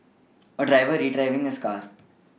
a driver retrieving his car